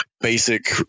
basic